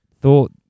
thought